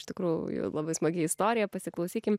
iš tikrųjų labai smagi istorija pasiklausykim